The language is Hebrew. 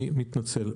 אני מתנצל,